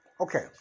Okay